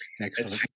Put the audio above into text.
Excellent